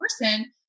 person